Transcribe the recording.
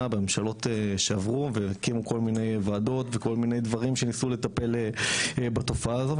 בממשלות שעברו והקימו כל מיני ועדות וכל מיני דברים שניסו לטפל בתופעה הזו,